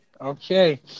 Okay